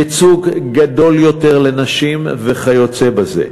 ייצוג גדול יותר לנשים וכיוצא בזה.